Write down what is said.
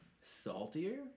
Saltier